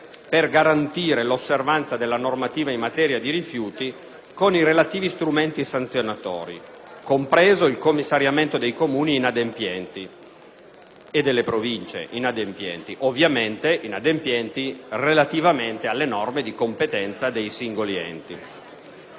per garantire l'osservanza della normativa in materia di rifiuti con i relativi strumenti sanzionatori, compreso il commissariamento dei Comuni e delle Province inadempienti, relativamente alle norme di competenza dei singoli enti.